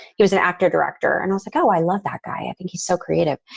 he was an actor director and he's like, oh, i love that guy. i think he's so creative.